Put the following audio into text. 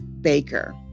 Baker